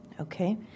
Okay